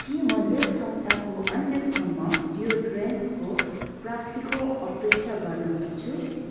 के म यस हप्ताको अन्त्यसम्म डियोड्रेन्सको प्राप्तिको अपेक्षा गर्न सक्छु